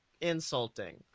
insulting